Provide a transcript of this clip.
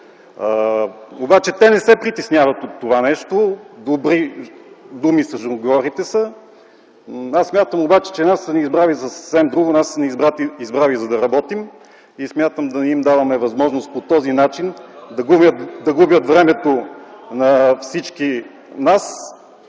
обаче те не се притесняват от това нещо. Добри жонгльори с думите са. Смятам обаче, че нас са ни избрали за съвсем друго – нас са ни избрали, за да работим. Смятам да не им даваме възможност по този начин да губят времето на всички нас.